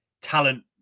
talent